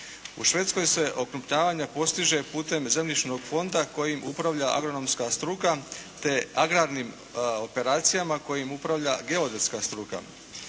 U Švedskoj se okrupnjavanje postiže putem zemljišnog fonda kojim putem kojega upravlja agronomska struka te agrarnim operacijama kojim upravlja geografska struka.